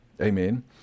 Amen